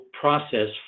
process